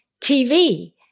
TV